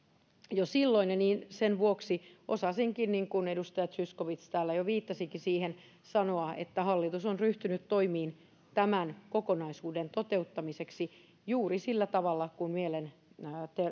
jo silloin ja sen vuoksi osasinkin sanoa niin kuin edustaja zyskowicz täällä jo viittasikin siihen että hallitus on ryhtynyt toimiin tämän kokonaisuuden toteuttamiseksi juuri sillä tavalla kuin